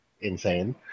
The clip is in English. insane